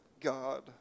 God